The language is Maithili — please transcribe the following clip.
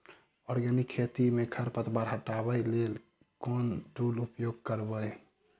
आर्गेनिक खेती मे खरपतवार हटाबै लेल केँ टूल उपयोग करबै?